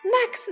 Max